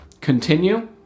continue